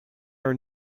are